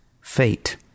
fate